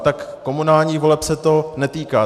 No tak komunálních voleb se to netýká.